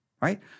Right